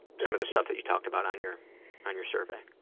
some of the stuff that you talked about on your on your survey,